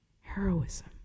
heroism